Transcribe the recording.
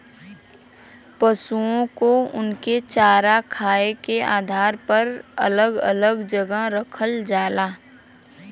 पसुओ को उनके चारा खाए के आधार पर अलग अलग जगह रखल जाला